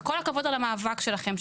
וכל הכבוד על המאבק שלכם,